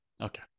Okay